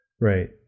right